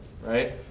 right